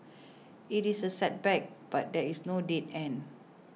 it is a setback but there is no dead end